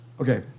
Okay